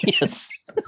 yes